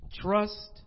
Trust